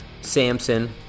Samson